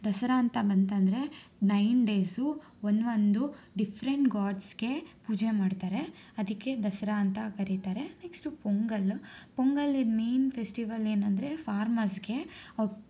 ದಸರಾ ಅಂತ ಬಂತಂದರೆ nine days ಒನ್ವಂದು ಡಿಫ್ರೆಂಟ್ ಗಾಡ್ಸ್ಗೆ ಪೂಜೆ ಮಾಡ್ತಾರೆ ಅದಕ್ಕೆ ದಸರಾ ಅಂತ ಕರಿತಾರೆ ನೆಕ್ಸ್ಟು ಪೊಂಗಲ್ ಪೊಂಗಲಿದ್ದು ಮೈನ್ ಫೆಸ್ಟಿವಲ್ ಏನಂದರೆ ಫಾರ್ಮರ್ಸ್ಗೆ ಅವ್ರ